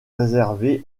réservé